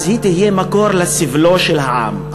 אז היא תהיה מקור לסבלו של העם.